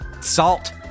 Salt